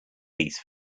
these